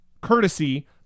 courtesy